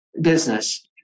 business